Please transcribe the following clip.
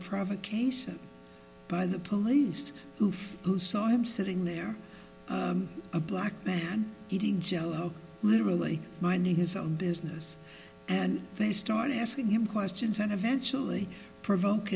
provocation by the police hoof who saw him sitting there a black man eating jello literally minding his own business and they start asking him questions and eventually provoke